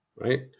right